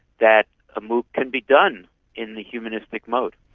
that a mooc can be done in the humanistic mode.